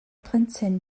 plentyn